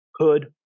Hood